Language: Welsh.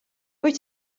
wyt